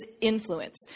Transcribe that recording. influence